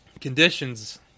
conditions